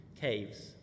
caves